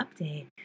update